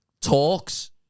talks